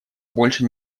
больше